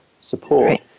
support